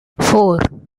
four